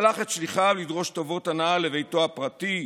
שלח את שליחיו לדרוש טובות הנאה לביתו הפרטי,